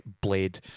Blade